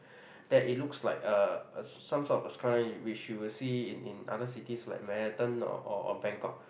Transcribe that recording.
that it looks like a a some sort of a skyline which you will see in in other cities like Manhattan or or or Bangkok